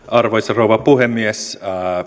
arvoisa rouva puhemies